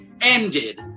Ended